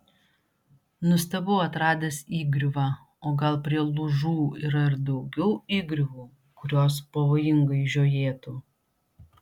nustebau atradęs įgriuvą o gal prie lūžų yra ir daugiau įgriuvų kurios pavojingai žiojėtų